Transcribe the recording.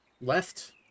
left